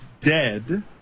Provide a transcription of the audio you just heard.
dead